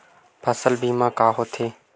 फसल बीमा का होथे?